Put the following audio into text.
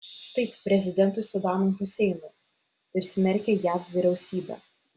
taip prezidentui sadamui huseinui ir smerkė jav vyriausybę